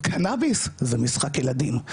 קנאביס זה משחק ילדים,